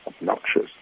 obnoxious